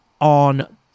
on